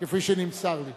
כפי שנמסר לי.